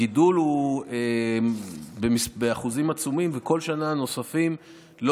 הגידול באחוזים עצומים, וכל שנה נוספת לא